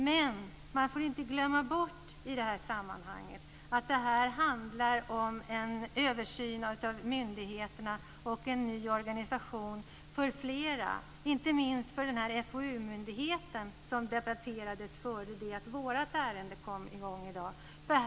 Men man får inte glömma bort i det här sammanhanget att det här handlar om en översyn av myndigheterna och en ny organisation för flera myndigheter, inte minst för FoU-myndigheten som debatterades innan vårt ärende började debatteras i dag.